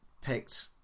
picked